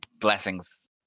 blessings